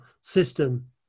system